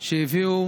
שהביאו